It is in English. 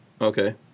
Okay